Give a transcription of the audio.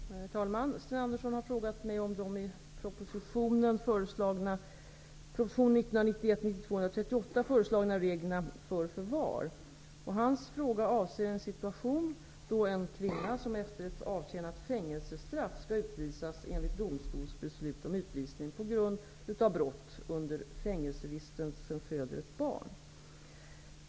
Herr talman! Sten Andersson i Malmö har frågat mig om de i proposition 1991/92:138 föreslagna reglerna för förvar. Hans fråga avser en situation då en kvinna, som efter avtjänat fängelsestraff skall utvisas enligt domstols beslut om utvisning på grund av brott, under fängelsevistelsen föder ett barn.